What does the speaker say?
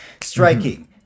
striking